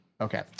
okay